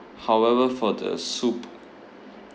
however for the soup